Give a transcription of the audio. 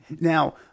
Now